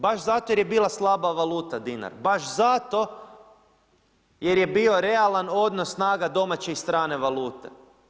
Baš zato jer je bila slaba valuta dinar, baš zato jer je bio realan odnos snaga domaće i strane valute.